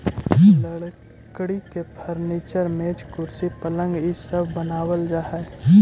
लकड़ी के फर्नीचर, मेज, कुर्सी, पलंग इ सब बनावल जा हई